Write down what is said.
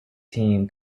team